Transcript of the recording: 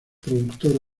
productora